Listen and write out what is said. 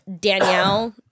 Danielle